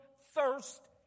thirst